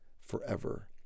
forever